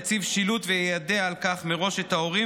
יציב שילוט ויידע על כך מראש את ההורים